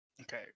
Okay